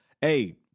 hey